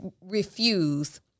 refuse